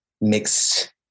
mixed